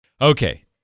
Okay